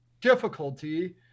difficulty